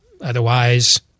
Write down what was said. Otherwise